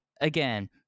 again